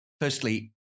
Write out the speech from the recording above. firstly